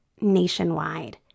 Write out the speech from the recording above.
nationwide